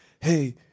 hey